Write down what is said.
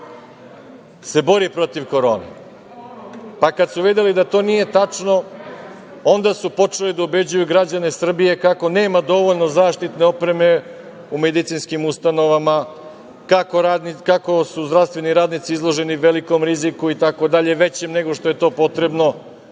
se bori protiv Korone, pa kada su videli da to nije tačno, onda su počeli da ubeđuju građane Srbije kako nema dovoljno zaštitne opreme u medicinskim ustanova, kako su zdravstveni radnici izloženi velikom riziku itd. većem nego što je to potrebno